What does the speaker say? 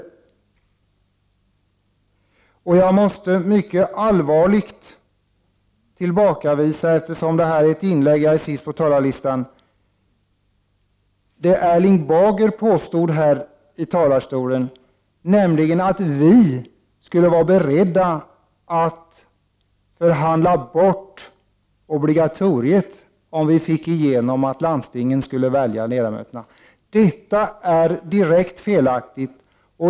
Eftersom jag är sist anmälde talare i debatten måste jag mycket allvarligt tillbakavisa det som Erling Bager här i talarstolen påstod, nämligen att vi i centern skulle vara beredda att förhandla bort obligatoriet, om förslaget att landstingen skall välja ledamöterna går igenom. Detta är direkt felaktigt.